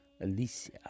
Alicia